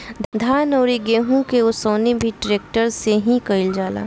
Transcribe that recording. धान अउरी गेंहू के ओसवनी भी ट्रेक्टर से ही कईल जाता